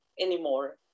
anymore